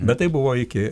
bet tai buvo iki